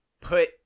put